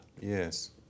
Yes